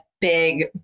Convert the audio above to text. big